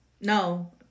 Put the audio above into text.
No